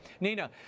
Nina